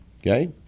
Okay